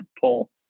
pull